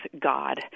god